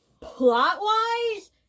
plot-wise